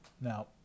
Now